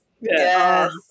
yes